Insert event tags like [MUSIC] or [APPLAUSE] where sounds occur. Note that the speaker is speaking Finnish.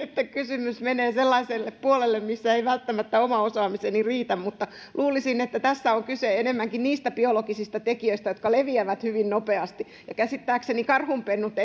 että kysymys menee sellaiselle puolelle missä ei välttämättä oma osaamiseni riitä mutta luulisin että tässä on kyse enemmänkin niistä biologisista tekijöistä jotka leviävät hyvin nopeasti ja käsittääkseni karhunpennut [UNINTELLIGIBLE]